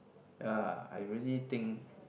ya I really think